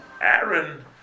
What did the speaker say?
Aaron